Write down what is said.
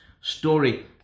Story